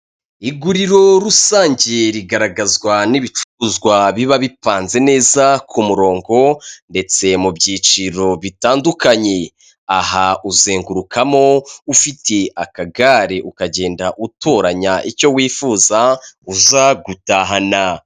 Iguriro rusange rigaragazwa n'ibicuruzwa biba bipanze neza ku murongo ndetse mu byiciro bitandukanye, aha uzengurukamo ufiti akagare, ukagenda utoranya icyo wifuza uza gutahana.